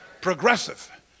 progressive